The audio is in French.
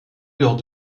lors